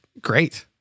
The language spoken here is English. great